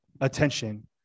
attention